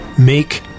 Make